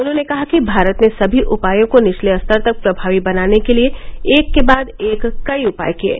उन्होंने कहा कि भारत ने सभी उपायों को निचले स्तर तक प्रभावी बनाने के लिए एक के बाद एक कई उपाय किये